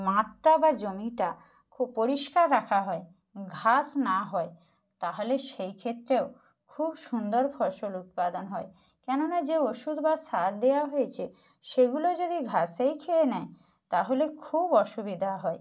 মাঠটা বা জমিটা খুব পরিষ্কার রাখা হয় ঘাস না হয় তাহলে সেই ক্ষেত্রেও খুব সুন্দর ফসল উৎপাদন হয় কেননা যে ওষুধ বা সার দেওয়া হয়েছে সেগুলো যদি ঘাসেই খেয়ে নেয় তাহলে খুব অসুবিধা হয়